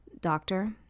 doctor